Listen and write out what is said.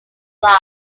law